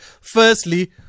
Firstly